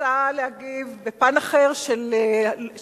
רוצה להגיב על פן אחר של היום,